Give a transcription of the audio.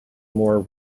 more